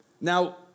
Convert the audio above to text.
Now